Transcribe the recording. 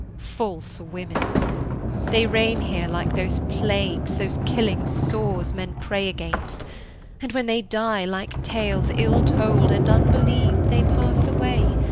false women they reign here like those plagues, those killing sores men pray against and when they die, like tales ill told, and unbeliev'd, they pass away,